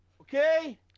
Okay